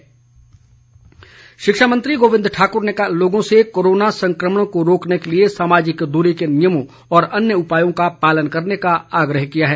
गोविंद ठाकुर शिक्षा मंत्री गोविंद ठाकुर ने लोगों से कोरोना संक्रमण को रोकने के लिए सामाजिक दूरी के नियमों और अन्य उपायों का पालन करने का आग्रह किया है